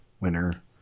winner